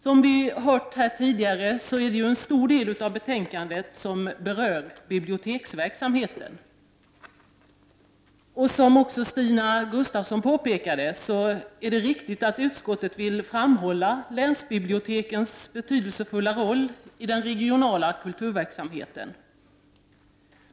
Som vi hört här tidigare, berör en stor del av betänkandet biblioteksverksamheten. Som Stina Gustavsson påpekade, vill utskottet framhålla länsbibliotekens betydelsefulla roll i den regionala kulturverksamheten.